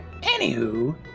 Anywho